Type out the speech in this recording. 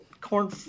corn